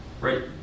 right